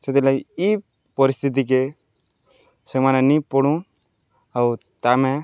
ସେଥିଲାଗି ଇ ପରିସ୍ଥିତିକେ ସେମାନେ ନି ପଡ଼ୁନ୍ ଆଉ ତାମେ